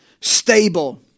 stable